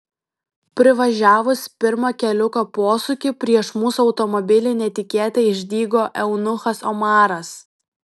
privažiavus pirmą keliuko posūkį prieš mūsų automobilį netikėtai išdygo eunuchas omaras